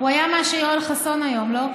הוא היה מה שיואל חסון היום, לא?